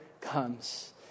comes